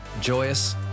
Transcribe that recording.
joyous